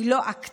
היא לא עקצה,